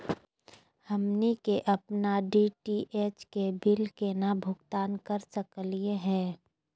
हमनी के अपन डी.टी.एच के बिल केना भुगतान कर सकली हे?